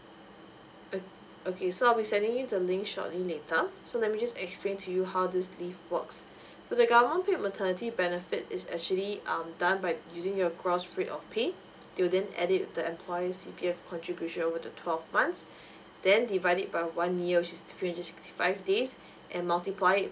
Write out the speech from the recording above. ok~ okay so I'll be sending you the link shortly later so let me just explain to you how this leave works so the government paid maternity benefit is actually um done by using your gross rate of pay they will then add it with the employer's C_P_F contribution over the twelve months then divide it by one year of three hundred and sixty five days and multiply it